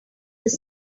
this